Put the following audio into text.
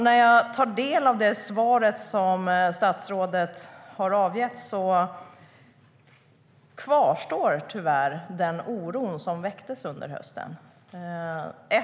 När jag tar del av det svar som statsrådet har avgett kvarstår tyvärr den oro som väcktes under hösten.